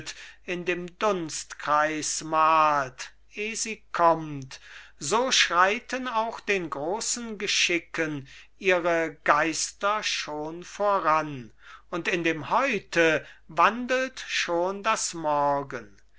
in dem dunstkreis malt eh sie kommt so schreiten auch den großen geschicken ihre geister schon voran und in dem heute wandelt schon das morgen